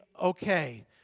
okay